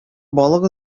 балык